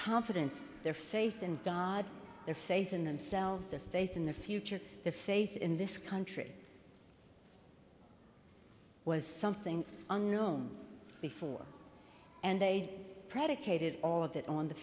confidence their faith in god their faith in themselves the face in the future the faith in this country was something unknown before and they predicated all of that on the